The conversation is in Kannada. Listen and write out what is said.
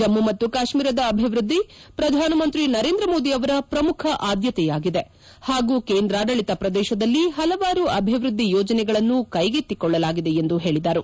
ಜಮ್ಮ ಮತ್ತು ಕಾಶ್ಮೀರದ ಅಭಿವೃದ್ಧಿ ಪ್ರಧಾನಮಂತ್ರಿ ನರೇಂದ್ರ ಮೋದಿ ಅವರ ಪ್ರಮುಖ ಆದ್ಯತೆಯಾಗಿದೆ ಹಾಗೂ ಕೇಂದ್ರಾಡಳತ ಪ್ರದೇಶದಲ್ಲಿ ಹಲವಾರು ಅಭಿವೃದ್ಧಿ ಯೋಜನೆಗಳನ್ನು ಕೈಗೆತ್ತಿಕೊಳ್ಳಲಾಗಿದೆ ಎಂದು ಅವರು ತಿಳಿಸಿದರು